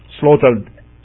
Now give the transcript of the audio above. slaughtered